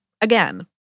again